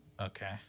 okay